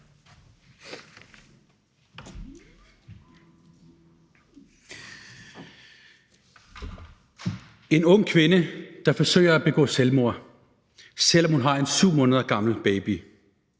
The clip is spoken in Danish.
En ung kvinde forsøger at begå selvmord, selv om hun har en 7 måneder gammel baby.